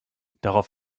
darauf